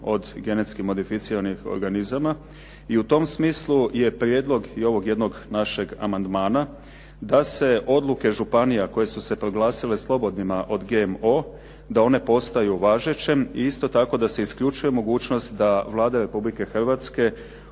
od genetski modificiranih organizama i u tom smislu je prijedlog i ovog jednog našeg amandmana da se odluke županija koje su se proglasile slobodnima od GMO da one postaju važećem i isto tako da se isključuje mogućnost da Vlada Republike Hrvatske